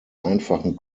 einfachen